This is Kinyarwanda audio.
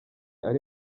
ari